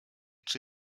czy